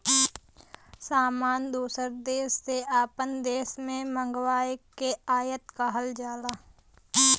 सामान दूसर देस से आपन देश मे मंगाए के आयात कहल जाला